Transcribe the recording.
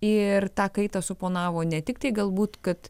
ir ta kaita suponavo ne tik tai galbūt kad